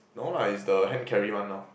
no lah is the hand carry one lor